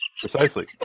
Precisely